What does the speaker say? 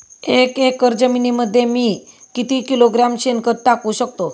एक एकर जमिनीमध्ये मी किती किलोग्रॅम शेणखत टाकू शकतो?